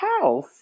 house